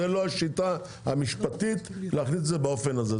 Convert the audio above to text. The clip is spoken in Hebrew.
זו לא השיטה המשפטית להכניס את זה באופן הזה.